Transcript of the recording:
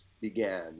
began